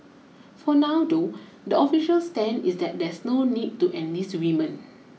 for now though the official stand is that there s no need to enlist women